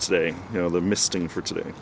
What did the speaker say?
today you know the misting for today